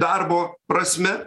darbo prasme